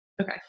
Okay